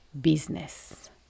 Business